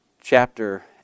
chapter